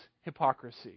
hypocrisy